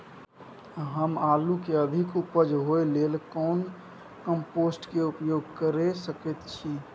हम आलू के अधिक उपज होय लेल कोन कम्पोस्ट के उपयोग कैर सकेत छी?